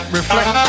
reflect